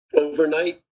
overnight